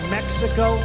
Mexico